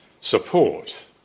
support